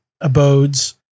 abodes